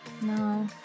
no